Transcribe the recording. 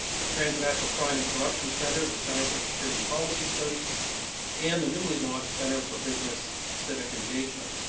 the transnational crime and corruption center, the center for security policy studies and the newly launched center for business civic engagement.